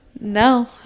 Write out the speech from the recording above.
no